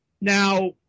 now